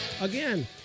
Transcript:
Again